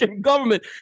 government